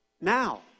Now